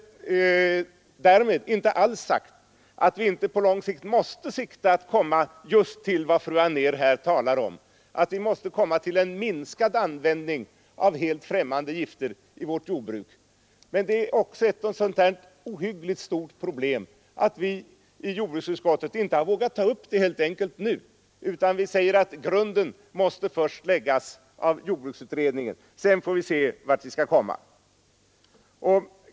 : Därmed är inte alls sagt att vi inte på lång sikt måste syfta till att komma fram just till vad fru Anér här talar om. Vi måste komma till en minskad användning av helt främmande gifter i vårt jordbruk. Men det är också ett så ohyggligt stort problem att vi i jordbruksutskottet inte vågat ta upp det nu utan vi säger att grunden först måste läggas av jordbruksutredningen. Sedan får vi se vart vi kan komma.